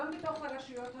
גם בתוך הרשויות המקומיות,